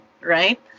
right